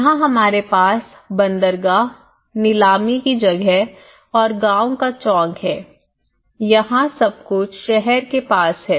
यहाँ हमारे पास बंदरगाह नीलामी की जगह और गाँव का चौक है यहाँ सब कुछ शहर के पास है